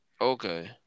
okay